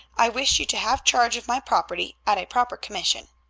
i wish you to have charge of my property at a proper commission.